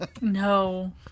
No